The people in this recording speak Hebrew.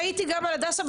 ראיתי גם על הדסה.